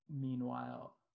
meanwhile